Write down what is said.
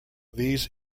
these